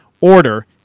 order